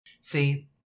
See